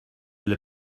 will